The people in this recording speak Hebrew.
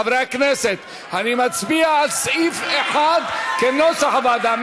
חברי הכנסת, נצביע על סעיף 1 כנוסח הוועדה.